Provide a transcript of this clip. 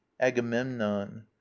agamemnon